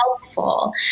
helpful